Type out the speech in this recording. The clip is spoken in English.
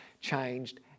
changed